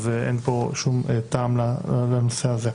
אז אין פה שום טעם לנושא הזה.